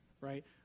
right